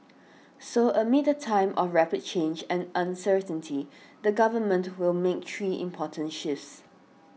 so amid a time of rapid change and uncertainty the Government will make three important shifts